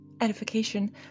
edification